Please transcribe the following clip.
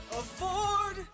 afford